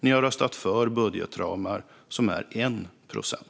Ni har röstat för budgetramar som innebär 1 procent.